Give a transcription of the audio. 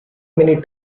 many